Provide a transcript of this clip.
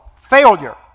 Failure